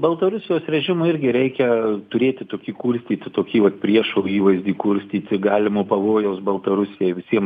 baltarusijos režimui irgi reikia turėti tokį kurstyti tokį va priešo įvaizdį kurstyti galimo pavojaus baltarusijai visiem